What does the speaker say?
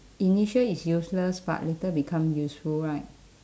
initial it's useless but later become useful right